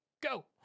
go